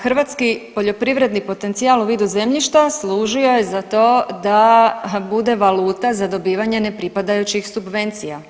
Pa hrvatski poljoprivredni potencijal u vidu zemljišta služio je za to da bude valuta za dobivanje nepripadajućih subvencija.